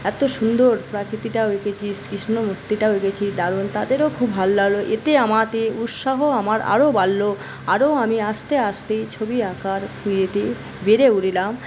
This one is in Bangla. এত সুন্দর প্রকৃতিটাও এঁকেছিস কৃষ্ণ মূর্তিটাও এঁকেছিস দারুণ তাদেরও খুব ভালো লাগলো এতে আমাতে উৎসাহ আমার আরও বাড়ল আরও আমি আস্তে আস্তে ছবি আঁকার ইয়েতে বেড়ে উঠলাম